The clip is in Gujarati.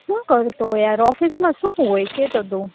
શું કરતો હોય યાર ઓફિસમાં શું હોય કે તદો